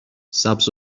سبز